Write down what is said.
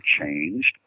changed